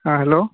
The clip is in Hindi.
हाँ हैलो